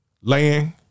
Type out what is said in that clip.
laying